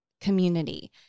community